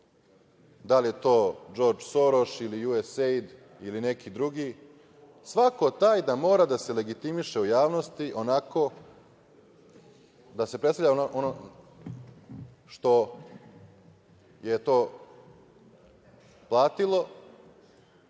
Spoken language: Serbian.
da li je to Džordž Soroš ili USAID ili neki drugi, svako da mora da se legitimiše u javnosti onako, da predstavlja ono što je to platilo,